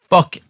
Fuck